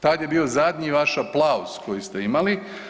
Tad je bio zadnji vaš aplauz koji ste imali.